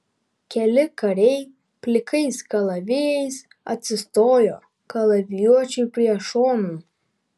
keli kariai plikais kalavijais atsistojo kalavijuočiui prie šonų